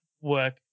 work